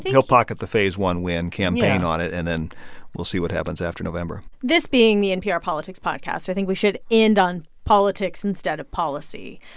he'll pocket the phase one win. yeah. campaign on it. and then we'll see what happens after november this being the npr politics podcast, i think we should end on politics instead of policy.